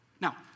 Now